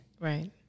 right